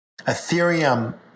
Ethereum